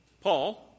Paul